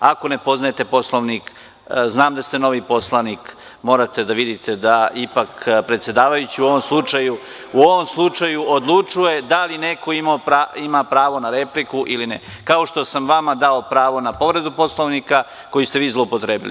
Ako ne poznajete Poslovnik, znam da ste novi poslanik, morate da vidite da ipak predsedavajući u ovom slučaju odlučuje da li neko ima pravo na repliku ili ne, kao što sam vama dao pravo na povredu Poslovnika, koju ste vi zloupotrebili.